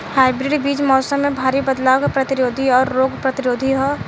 hybrid बीज मौसम में भारी बदलाव के प्रतिरोधी और रोग प्रतिरोधी ह